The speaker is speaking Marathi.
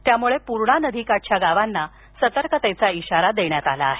यामुळे पूर्णा नदीकाठच्या गावांना सतर्कतेचा इशारा देण्यात आला आहे